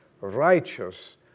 righteous